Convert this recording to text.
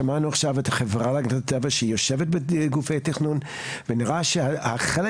שמענו עכשיו את החברה להגנת הטבע שהיא יושבת בגופי תכנון ונראה שהחלק